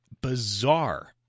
bizarre